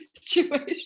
situation